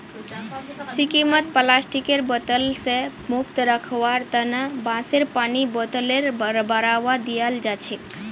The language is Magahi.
सिक्किमत प्लास्टिकेर बोतल स मुक्त रखवार तना बांसेर पानीर बोतलेर बढ़ावा दियाल जाछेक